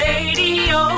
Radio